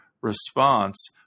response